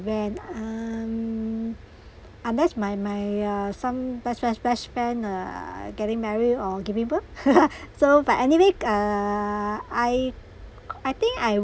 when um unless my my ah some best friends best friend uh getting married or giving birth so but anyway uh I I think I